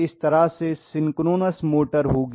इस तरह से सिंक्रोनस मोटर होगी